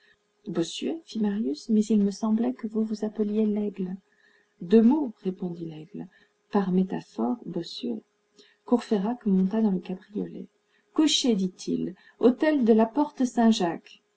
marius mais il me semblait que vous vous appeliez laigle de meaux répondit laigle par métaphore bossuet courfeyrac monta dans le cabriolet cocher dit-il hôtel de la